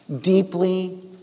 deeply